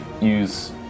use